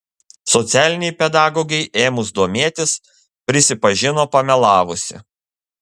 socialinei pedagogei ėmus domėtis prisipažino pamelavusi